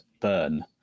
burn